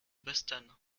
boston